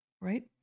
right